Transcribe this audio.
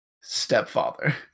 stepfather